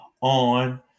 on